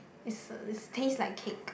is is taste like cake